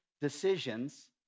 decisions